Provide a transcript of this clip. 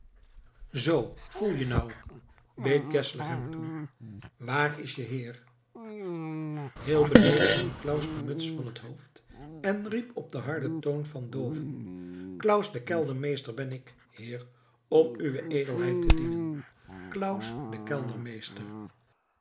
zoo voel je nou beet geszler hem toe waar is je heer heel beleefd nam claus de muts van het hoofd en riep op den harden toon van dooven claus de keldermeester ben ik heer om uwe edelheid te dienen claus